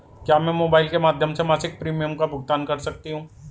क्या मैं मोबाइल के माध्यम से मासिक प्रिमियम का भुगतान कर सकती हूँ?